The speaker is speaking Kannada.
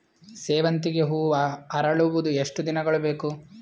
ಸೇವಂತಿಗೆ ಹೂವು ಅರಳುವುದು ಎಷ್ಟು ದಿನಗಳು ಬೇಕು?